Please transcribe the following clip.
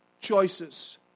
Choices